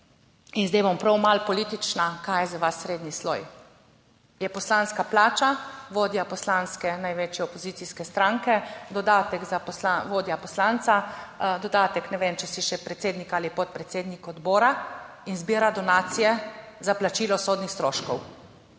in zdaj bom prav malo politična. Kaj je za vas srednji sloj? Je poslanska plača, vodja poslanske, največje opozicijske stranke, dodatek za vodja poslanca, dodatek, ne vem, če si še predsednik ali podpredsednik odbora in zbira donacije za plačilo sodnih stroškov.